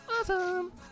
awesome